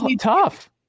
tough